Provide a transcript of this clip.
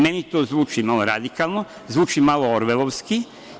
Meni to zvuči malo radikalno, zvuči malo orvelovski.